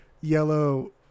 yellow